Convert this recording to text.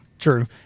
true